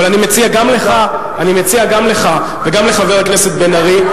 אבל אני מציע גם לך וגם לחבר הכנסת בן-ארי,